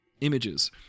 images